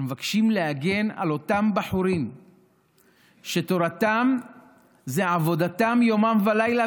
אנחנו מבקשים להגן על אותם בחורים שתורתם זו עבודתם יומם ולילה,